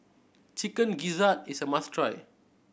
Chicken Gizzard is a must try